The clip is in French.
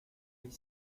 les